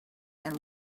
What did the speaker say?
and